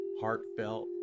heartfelt